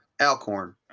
Alcorn